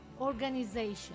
organization